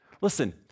Listen